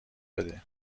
بده